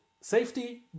safety